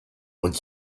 und